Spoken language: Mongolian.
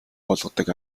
болгодог